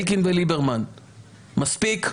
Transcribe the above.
אלקין וליברמן - מספיק,